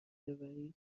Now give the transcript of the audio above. بیاوری